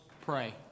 pray